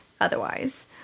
otherwise